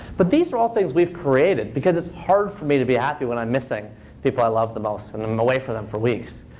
but these are all things we've created, because it's hard for me to be happy when i'm missing people i love the most. and i'm away from them for weeks.